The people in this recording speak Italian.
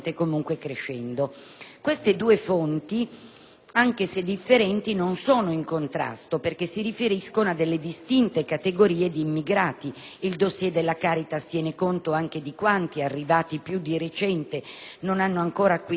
Queste due fonti, anche se differenti, non sono in contrasto perché si riferiscono a distinte categorie di immigrati. Il dossier della Caritas tiene conto anche di quanti, arrivati più di recente, non hanno ancora acquisito la residenza,